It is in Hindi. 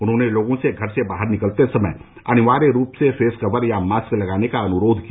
उन्होंने लोगों से घर से बाहर निकलते समय अनिवार्य रूप से फेस कवर या मास्क लगाने का अनुरोध किया